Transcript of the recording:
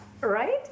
right